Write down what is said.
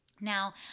Now